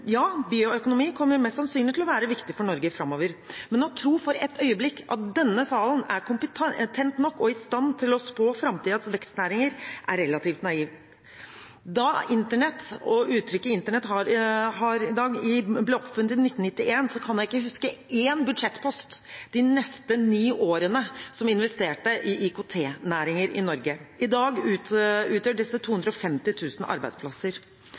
Ja, bioøkonomi kommer mest sannsynligvis til å være viktig for Norge framover. Men å tro et øyeblikk at denne salen er kompetent nok og i stand til å spå framtidens vekstnæringer, er relativt naivt. Da Internett og uttrykket «Internett» ble oppfunnet i 1991, kan jeg ikke huske én budsjettpost de neste ni årene som investerte i IKT-næringer i Norge. I dag utgjør disse 250 000 arbeidsplasser.